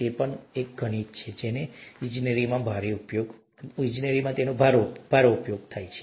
તે પણ ગણિત છે જેનો ઈજનેરીમાં ભારે ઉપયોગ થાય છે અને તેથી આગળ ઠીક છે